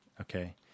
okay